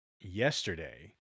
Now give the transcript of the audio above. yesterday